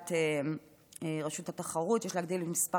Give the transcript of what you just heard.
לדעת רשות התחרות יש להגדיל את מספר